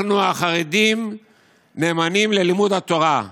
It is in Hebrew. אנחנו החרדים נאמנים ללימוד התורה,